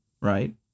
right